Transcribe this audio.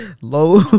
low